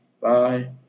Bye